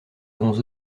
avons